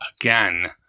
again